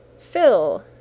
fill